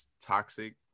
toxic